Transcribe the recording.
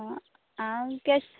हांव के